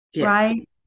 right